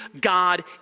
God